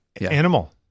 animal